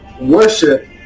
worship